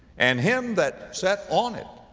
and him that sat on it,